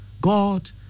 God